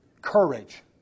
courage